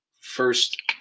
first